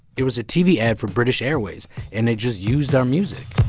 it was a tv ad for british airways, and they just used our music